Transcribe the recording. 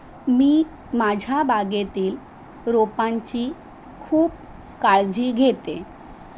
मी माझ्या बागेतील रोपांची खूप काळजी घेते